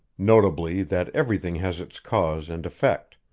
notably that everything has its cause and effect,